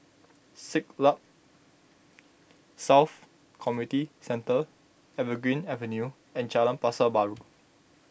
Siglap South Community Centre Evergreen Avenue and Jalan Pasar Baru